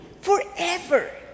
forever